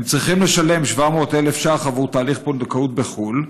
הם צריכים לשלם 700,000 ש"ח עבור תהליך פונדקאות בחו"ל,